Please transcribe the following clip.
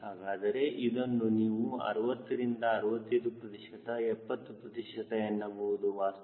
ಹಾಗಾದರೆ ಇದನ್ನು ನೀವು 60 ರಿಂದ 65 ಪ್ರತಿಶತ 70 ಪ್ರತಿಶತ ಎನ್ನಬಹುದು